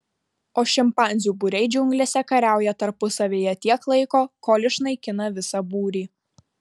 o šimpanzių būriai džiunglėse kariauja tarpusavyje tiek laiko kol išnaikina visą būrį